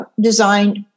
designed